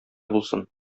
булсын